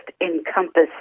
encompass